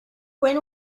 when